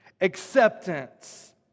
acceptance